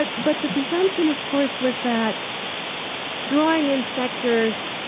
but but the presumption, of course, was that drawing in sectors